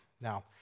Now